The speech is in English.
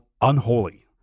Unholy